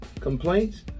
complaints